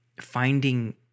finding